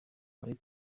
muri